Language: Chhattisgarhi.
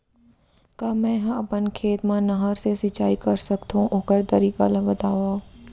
का मै ह अपन खेत मा नहर से सिंचाई कर सकथो, ओखर तरीका ला बतावव?